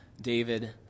David